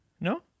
No